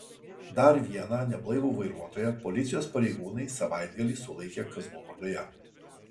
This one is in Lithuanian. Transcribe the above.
dar vieną neblaivų vairuotoją policijos pareigūnai savaitgalį sulaikė kazlų rūdoje